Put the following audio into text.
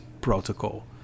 protocol